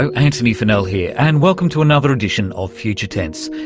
so antony funnell here and welcome to another edition of future tense,